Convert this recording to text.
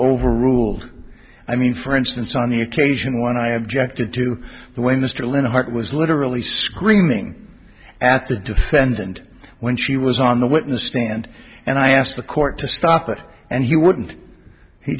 overruled i mean for instance on the occasion when i objected to the way mr linhardt was literally screaming at the defendant when she was on the witness stand and i asked the court to stop it and you wouldn't he